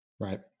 right